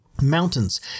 Mountains